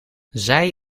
zij